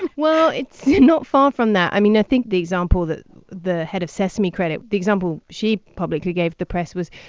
and well, it's not far from that. i mean, i think the example that the head of sesame credit the example she publicly gave the press was,